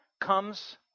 comes